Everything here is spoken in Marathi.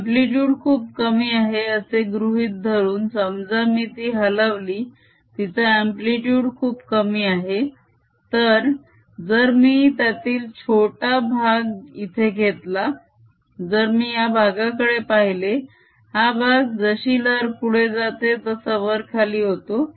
अम्प्लीतूड खूप कमी आहे असे गृहीत धरून समजा मी ती हलवली तिचा अम्प्लीतुड खूप कमी आहे तर जर मी त्यातील छोटा भाग इथे घेतला जर मी या भागाकडे पहिले हा भाग जशी लहर पुढे जाते तसा वर खाली होतो